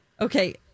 Okay